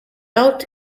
out